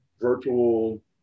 virtual